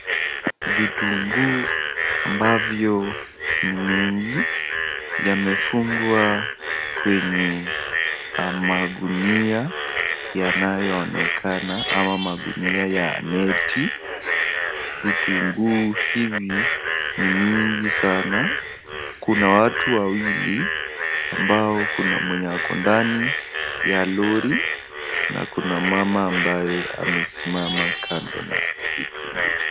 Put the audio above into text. Vitunguu ambavyo ni nyingi, yamefungwa kwenye magunia, yanayoonekana, ama magunia ya neti, vitunguu hivi, ni mengi sana, kuna watu wawili ambao kuna wako ndani, ya lori na kuna mama ambaye amesimama kando ya vitunguu.